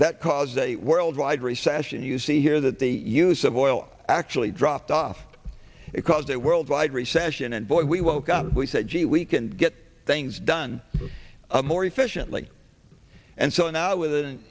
that caused a worldwide recession you see here that the use of oil actually dropped off it caused a worldwide recession and boy we woke up we said gee we can get things done more efficiently and so now with